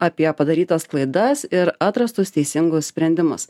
apie padarytas klaidas ir atrastus teisingus sprendimus